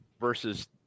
versus